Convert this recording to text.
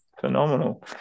Phenomenal